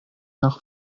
nach